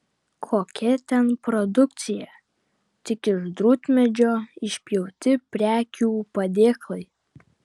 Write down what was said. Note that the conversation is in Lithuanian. kokia ten produkcija tik iš drūtmedžio išpjauti prekių padėklai